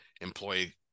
employee